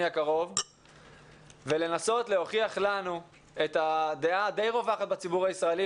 הקרוב ולנסות להוכיח לנו את הדעה הדי רווחת בציבור הישראלי,